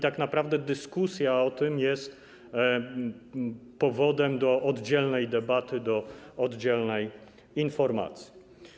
Tak naprawdę dyskusja o tym jest powodem do oddzielnej debaty, do oddzielnej informacji.